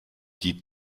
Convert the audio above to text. die